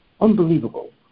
Unbelievable